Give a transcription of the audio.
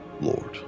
Lord